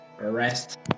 arrest